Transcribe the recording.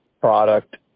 product